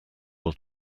will